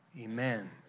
amen